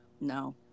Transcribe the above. No